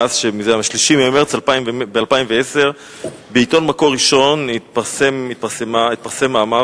זה מ-3 במרס 2010. בעיתון "מקור ראשון" התפרסם מאמר